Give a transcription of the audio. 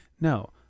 no